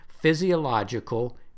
physiological